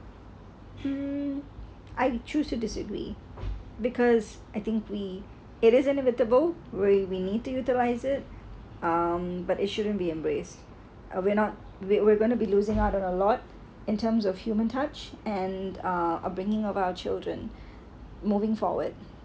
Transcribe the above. mm I choose to disagree because I think we it is inevitable we we need to utilise it um but it should be embraced uh we are not we we going to be losing out a a lot in terms of human touch and uh upbringing of our children moving forward